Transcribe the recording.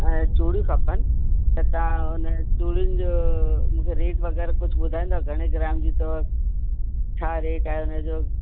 चूड़ियूं खपनि त तव्हां उन चूड़ियुनि जो मूंखे रेट वगै़रह कुझु ॿुधाईंदव घणे ग्रामु जूं अथव छा रेट आहे उनजो